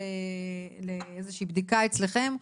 בפניכם, לאיזה שהיא בדיקה אצלכם.